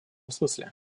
смысле